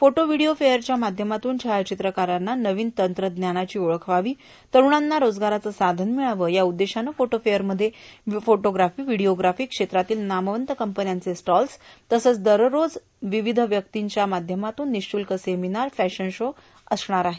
photo video फेअरच्या माध्यमातून छायाचित्रकारांना नवीन तंत्रज्ञानाची ओळख व्हावी तरूणांना रोजगाराचं साधन मिळावं या उद्देशानं फोटो फेअरमध्ये फोटोग्राफी व्हिडिओग्राफी क्षेत्रातील नामवंत कंपन्यांचे स्टॉल्स तसंच दररोज फोटोग्राफी व्हिडिओग्राफी क्षेत्रातील नामवंत व्यक्तींचे निशुल्क सेमिनार फॅशन शो असणार आहेत